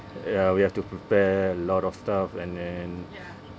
ya we have to prepare a lot of stuff and then